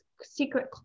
secret